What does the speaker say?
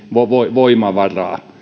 voimavara